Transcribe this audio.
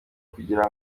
kugira